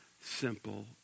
simple